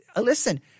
Listen